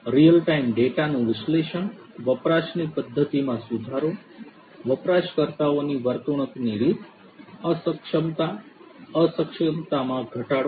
real time data નું વિશ્લેષણ વપરાશની પદ્ધતિમાં સુધારો વપરાશકર્તાઓની વર્તણૂકની રીત અસક્ષમતા અક્ષમતામાં ઘટાડો